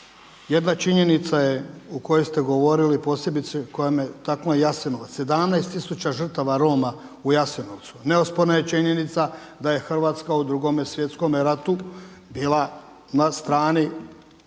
jedna činjenica je o kojoj ste govorili posebice koja me taknula Jasenovac. 17000 žrtava Roma u Jasenovcu. Neosporna je činjenica da je Hrvatska u Drugome svjetskome ratu bila na strani